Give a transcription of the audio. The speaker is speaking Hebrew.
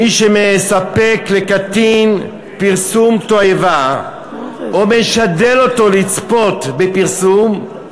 מי שמספק לקטין פרסום תועבה או משדל אותו לצפות בפרסום,